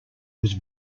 was